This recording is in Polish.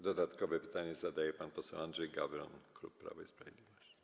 Dodatkowe pytanie zadaje pan poseł Andrzej Gawron, klub Prawo i Sprawiedliwość.